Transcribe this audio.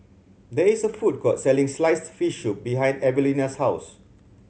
there is a food court selling sliced fish soup behind Evelena's house